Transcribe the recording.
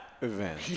event